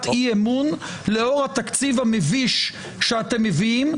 אי-אמון לאור התקציב המביש שאתם מביאים,